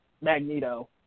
Magneto